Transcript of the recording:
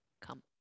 Come